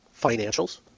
financials